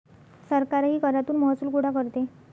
सरकारही करातून महसूल गोळा करते